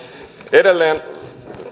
edelleen